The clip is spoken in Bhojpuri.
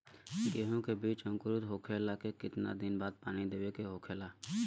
गेहूँ के बिज अंकुरित होखेला के कितना दिन बाद पानी देवे के होखेला?